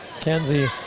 Kenzie